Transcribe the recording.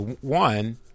one